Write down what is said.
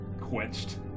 quenched